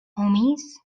homies